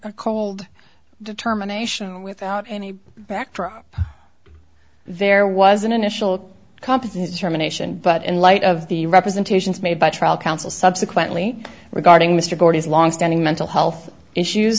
a cold determination without any backdrop there was an initial company's determination but in light of the representations made by trial counsel subsequently regarding mr gordy's longstanding mental health issues